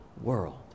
world